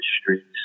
streets